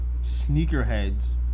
sneakerheads